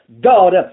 God